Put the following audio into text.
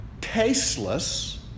tasteless